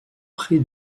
prix